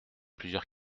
plusieurs